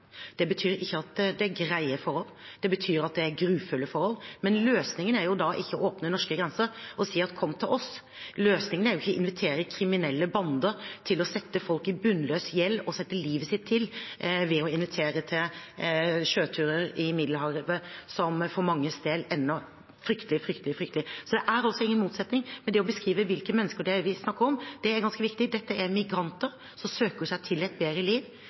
Det betyr ikke at det er greie forhold. Det er grufulle forhold, men løsningen er jo ikke å åpne norske grenser og si: kom til oss! Løsningen er jo ikke å invitere kriminelle bander til å sette folk i bunnløs gjeld og sette livet sitt til ved å invitere til sjøturer i Middelhavet, som for manges del ender fryktelig. Så det er ingen motsetning. Men det å beskrive hvilke mennesker det er vi snakker om, er ganske viktig. Dette er migranter som søker seg til et bedre liv.